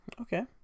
okay